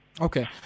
Okay